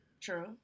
True